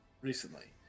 recently